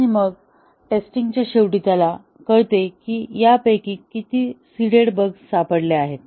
आणि मग टेस्टिंग च्या शेवटी त्याला कळते की यापैकी किती सीडेड बग्स सापडले आहेत